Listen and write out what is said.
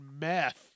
meth